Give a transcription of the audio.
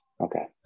okay